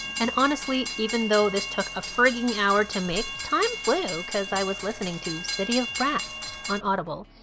and honestly, even though this took a friggen hour to make, time flew cause i was listening to city of brass on audible.